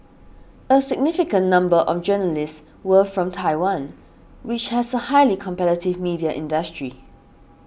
a significant number of the journalists were from Taiwan which has a highly competitive media industry